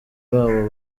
baba